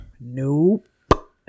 Nope